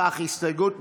לפיכך, הסתייגות מס'